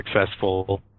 successful